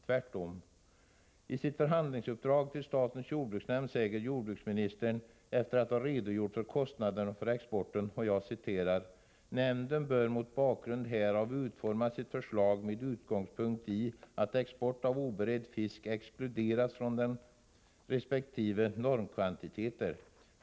Tvärtom -— i sitt 17 skydda den svenska fiskerinäringen förhandlingsuppdrag till statens jordbruksnämnd säger jordbruksministern, efter att ha redogjort för kostnaderna för exporten: ”Nämnden bör mot bakgrund härav utforma sitt förslag med utgångspunkt i att export av oberedd fisk exkluderas från respektive normkvantiteter.